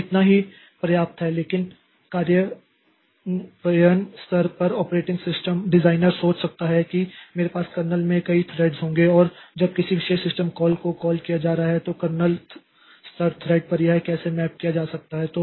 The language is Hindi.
तो इतना ही पर्याप्त है लेकिन कार्यान्वयन स्तर पर ऑपरेटिंग सिस्टम डिज़ाइनर सोच सकता है कि मेरे पास कर्नेल में कई थ्रेड होंगे और जब किसी विशेष सिस्टम कॉल को कॉल किया जा रहा है तो कर्नेल स्तर थ्रेड पर यह कैसे मैप किया जा सकता है